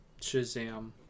Shazam